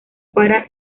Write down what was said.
para